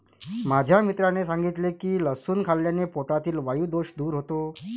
माझ्या मित्राने सांगितले की लसूण खाल्ल्याने पोटातील वायु दोष दूर होतो